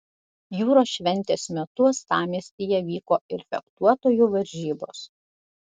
jūros šventės metu uostamiestyje vyko ir fechtuotojų varžybos